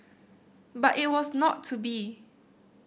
but it was not to be